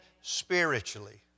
spiritually